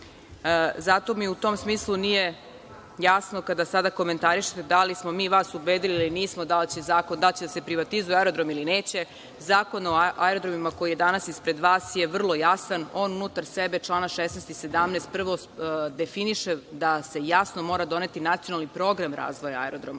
Zato mi u tom smislu nije jasno, kada sada komentarišete da li smo mi vas ubedili ili nismo, da li će da privatizuje aerodrom ili neće, Zakon o aerodromima koji je danas ispred vas je vrlo jasan. On unutar sebe, čl. 16. i 17, prvo definiše da se jasno mora doneti nacionalni program rada razvoja aerodroma.